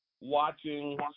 Watching